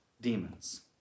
demons